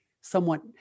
somewhat